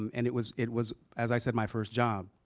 um and it was it was, as i said, my first job.